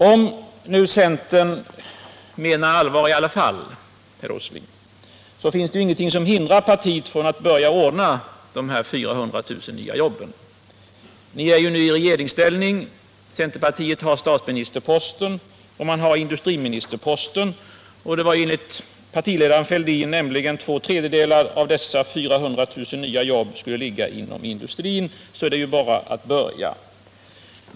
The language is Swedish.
Om nu centern i alla fall menar allvar, herr Åsling, finns det ingenting som hindrar partiet att börja ordna de 400 000 nya jobben. Ni är ju i regeringsställning nu, centerpartiet har statsministerposten och industriministerposten. Och enligt partiledaren Fälldin skulle två tredjedelar av dessa 400 000 nya jobb ligga inom industrin — så det är ju bara att börja.